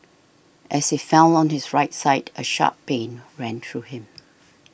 as he fell on his right side a sharp pain ran through him